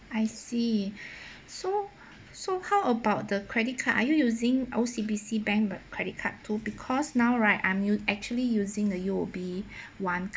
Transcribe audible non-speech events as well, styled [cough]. I see [breath] so so how about the credit card are you using O_C_B_C bank but credit card too because now right I'm u~ actually using the U_O_B one